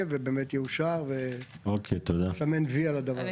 ובאמת יאושר ונסמן וי על הדבר הזה.